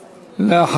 ריבלין,